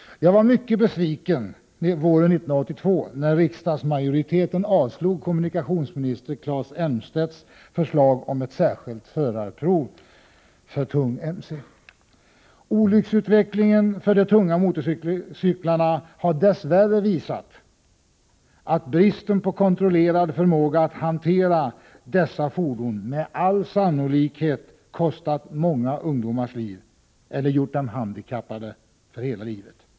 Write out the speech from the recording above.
Jag var mycket besviken våren 1982 då riksdagsmajoriteten avslog dåvarande kommunikationsminister Claes Elmstedts förslag om ett särskilt förarprov för tung motorcykel. Olycksutvecklingen för de tunga motorcyklarna har dess värre visat att bristen på förmåga att hantera dessa fordon med all sannolikhet kostat många ungdomars liv eller gjort dem handikappade för resten av livet.